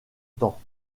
temps